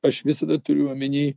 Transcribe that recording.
aš visada turiu omeny